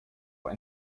ein